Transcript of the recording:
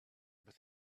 but